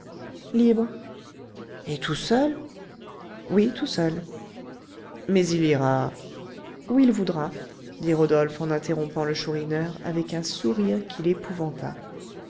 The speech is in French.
libre libre et tout seul oui tout seul mais il ira où il voudra dit rodolphe en interrompant le chourineur avec un sourire qui l'épouvanta